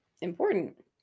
important